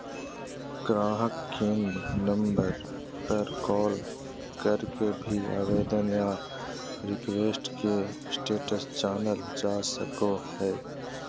गाहक केंद्र नम्बर पर कॉल करके भी आवेदन या रिक्वेस्ट के स्टेटस जानल जा सको हय